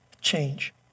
Change